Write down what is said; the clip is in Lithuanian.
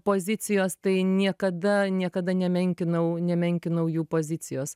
pozicijos tai niekada niekada nemenkinau nemenkinau jų pozicijos